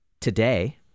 today